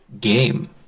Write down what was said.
game